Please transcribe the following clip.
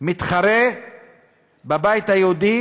מתחרה בבית היהודי